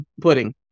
pudding